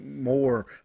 more